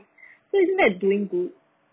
so isn't that doing good